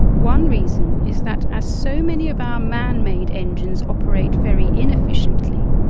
one reason is that as so many of our man-made engines operate very inefficiently,